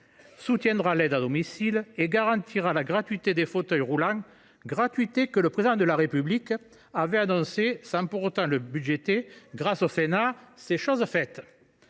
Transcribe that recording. soutiendra l’aide à domicile et garantira la gratuité des fauteuils roulants, que le Président de la République avait annoncée sans la financer : grâce au Sénat, c’est chose faite.